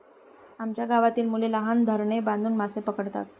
आमच्या गावातील मुले लहान धरणे बांधून मासे पकडतात